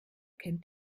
kennt